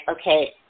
okay